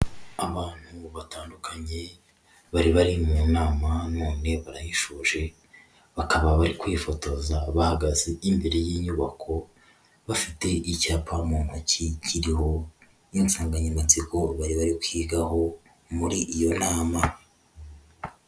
Abantu batandukanye bari bari mu nama none barayishoje bakaba bari kwifotoza bahagaze imbere y'inyubako, bafite icyapa mu ntoki kiriho insanganyamatsi bari bari kwigaho muri iyo nama.